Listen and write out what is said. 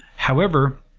however,